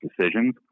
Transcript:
decisions